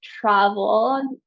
travel